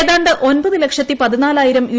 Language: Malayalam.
ഏതാണ്ട് ഒമ്പത് ലക്ഷത്തി പതിനാലായിരം യു